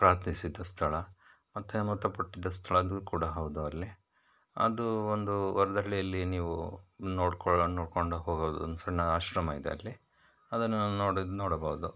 ಪ್ರಾರ್ಥಿಸಿದ ಸ್ಥಳ ಮತ್ತು ಮೃತಪಟ್ಟಿದ್ದ ಸ್ಥಳಗಳು ಕೂಡ ಹೌದು ಅಲ್ಲಿ ಅದು ಒಂದು ವರ್ದಳ್ಳಿಯಲ್ಲಿ ನೀವು ನೋಡ್ಕೊಳ್ಳೋ ನೋಡ್ಕೊಂಡು ಹೋಗೋದು ಒಂದು ಸಣ್ಣ ಆಶ್ರಮ ಇದೆ ಅಲ್ಲಿ ಅದನ್ನು ನೋಡಿದ ನೋಡಬೌದು